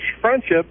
friendship